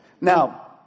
Now